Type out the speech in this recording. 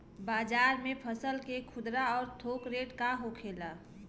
बाजार में फसल के खुदरा और थोक रेट का होखेला?